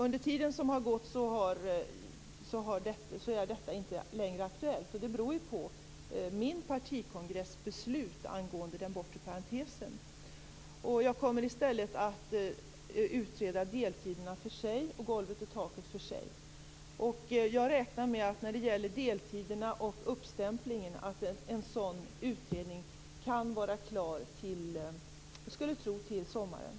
Under den tid som har gått har detta blivit inaktuellt, och det beror på det beslut som mitt partis kongress fattade om den bortre parentesen. Jag kommer i stället att utreda deltiderna för sig och golvet och taket för sig. När det gäller deltiderna och uppstämplingen räknar jag med att en sådan utredning kan vara klar till sommaren.